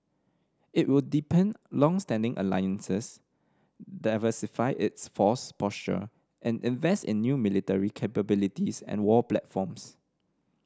it will deepen longstanding alliances diversify its force posture and invest in new military capabilities and war platforms